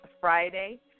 Friday